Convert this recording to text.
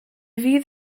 fydd